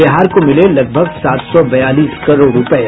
बिहार को मिले लगभग सात सौ बयालीस करोड़ रुपये